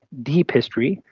deep history,